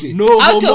no